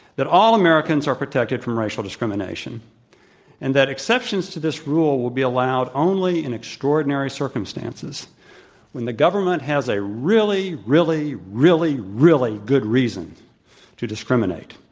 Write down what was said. that all americans are protected from racial discrimination and that exceptions to this rule will be allowed only in extraordinary circumstances when the government has a really, really, really, really good reason to discrimi nate,